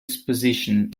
exposition